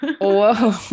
Whoa